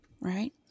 right